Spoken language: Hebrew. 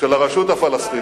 של הרשות הפלסטינית,